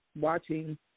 watching